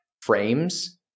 frames